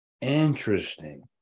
interesting